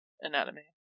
anatomy